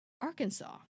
Arkansas